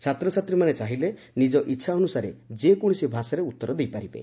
ଛାତ୍ରଛାତ୍ରୀମାନେ ଚାର୍ହିଲେ ନିଜ ଇଚ୍ଛା ଅନୁସାରେ ଯେକୌଣସି ଭାଷାରେ ଉତ୍ତର ଦେଇପାରିବେ